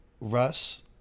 russ